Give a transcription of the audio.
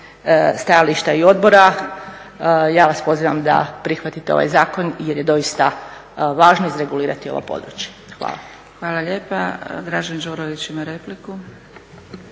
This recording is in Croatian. stajališta i odbora ja vas pozivam da prihvatite ovaj zakon jer je doista važno izregulirati ovo područje. Hvala. **Zgrebec, Dragica (SDP)** Hvala lijepa. Dražen Đurović ima repliku.